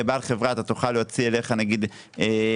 כבעל חברה אתה תוכל להוציא אליך נגיד הכנסות